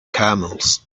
camels